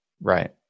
right